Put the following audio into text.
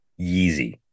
Yeezy